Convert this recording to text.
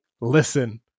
listen